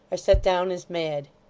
are set down as mad.